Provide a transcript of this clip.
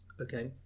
Okay